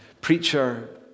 preacher